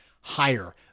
higher